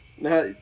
Now